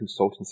consultancy